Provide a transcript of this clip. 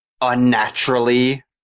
unnaturally